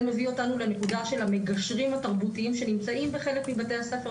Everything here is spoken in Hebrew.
זה מביא אותנו לנקודה של המגשרים התרבותיים שנמצאים בחלק מבתי הספר.